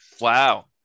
Wow